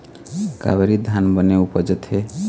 कावेरी धान बने उपजथे?